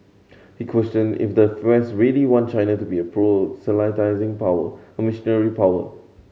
he questioned if the France really want China to be a power a missionary power